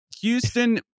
Houston